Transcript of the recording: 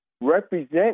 represent